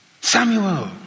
Samuel